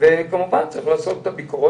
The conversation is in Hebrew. אנחנו בעצם רכשנו את מערכת השליטה ובקרה של